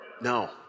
No